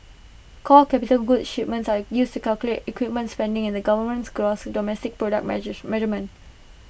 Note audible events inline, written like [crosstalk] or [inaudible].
core capital goods shipments are used to calculate equipments spending in the government's gross domestic product [unintelligible] measurement